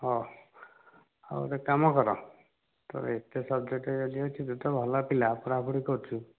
ହଁ ହେଉ ଗୋଟିଏ କାମ କର ତୋର ଏତେ ସବଜେକ୍ଟ ଯଦି ଅଛି ତୁ ତ ଭଲ ପିଲା ପଢ଼ା ପଢ଼ି କରୁଛୁ